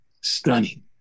stunning